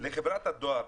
לחברת הדואר,